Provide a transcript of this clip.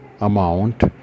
amount